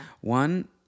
One